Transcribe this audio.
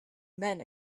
men